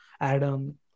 Adam